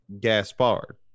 Gaspard